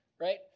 right